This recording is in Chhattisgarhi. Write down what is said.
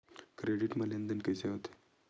क्रेडिट मा लेन देन कइसे होथे?